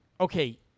Okay